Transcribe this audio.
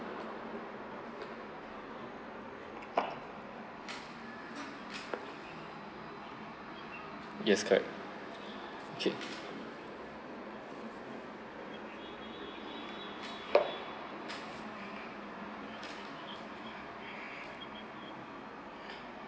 yes correct okay